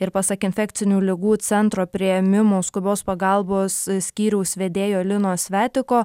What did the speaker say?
ir pasak infekcinių ligų centro priėmimų skubios pagalbos skyriaus vedėjo lino svetiko